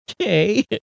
okay